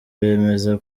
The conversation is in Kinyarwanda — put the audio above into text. bemeza